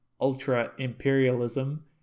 ultra-imperialism